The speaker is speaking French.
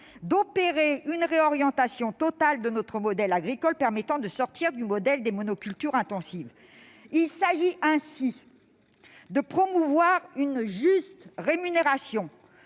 d'opérer une réorientation totale de notre modèle agricole permettant de sortir du modèle des monocultures intensives. Il s'agit ainsi de promouvoir une juste rémunération,